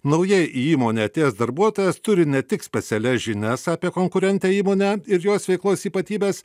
nauja į įmonė atėjęs darbuotojas turi ne tik specialias žinias apie konkurentę įmonę ir jos veiklos ypatybes